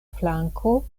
flanko